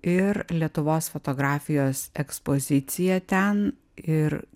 ir lietuvos fotografijos ekspoziciją ten ir